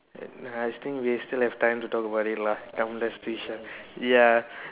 uh still we still have time to talk about it lah come let's finish ah ya